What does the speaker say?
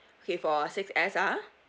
okay four six S ah